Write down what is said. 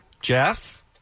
Jeff